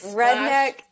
redneck